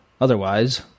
Otherwise